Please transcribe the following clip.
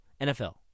NFL